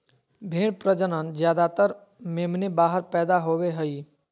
भेड़ प्रजनन ज्यादातर मेमने बाहर पैदा होवे हइ